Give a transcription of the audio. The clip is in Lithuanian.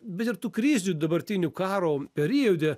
bet ir tų krizių dabartinių karo periode